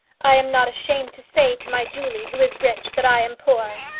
i am not ashamed to say to my julie, who is rich, that i am poor.